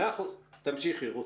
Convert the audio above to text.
תמשיכי, רות.